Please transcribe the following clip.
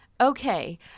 Okay